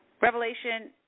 Revelation